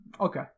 okay